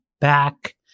back